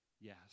yes